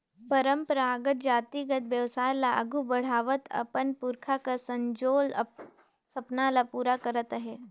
परंपरागत जातिगत बेवसाय ल आघु बढ़ावत अपन पुरखा कर संजोल सपना ल पूरा करत अहे